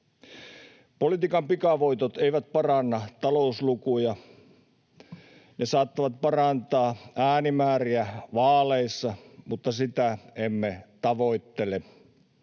Politiikan pikavoitot eivät paranna talouslukuja. Ne saattavat parantaa äänimääriä vaaleissa, mutta sitä emme tavoittele.